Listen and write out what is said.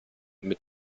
mit